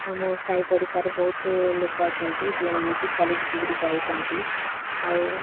ଆମ ସାହି ପଡ଼ିଶାରେ ବହୁତ ଲୋକ ଅଛନ୍ତି ଯେଉଁମାନେ କି କଲେଜ୍ ଡିଗ୍ରୀ କରିଛନ୍ତି ଆଉ